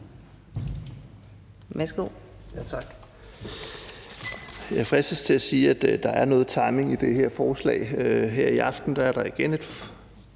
Jensen): Tak. Jeg fristes til at sige, at der er noget timing i fremsættelsen af det her forslag. Her i aften er der igen et